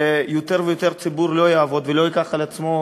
כשיותר ויותר מן הציבור לא יעבדו ולא ייקחו על עצמם